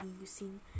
using